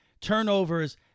turnovers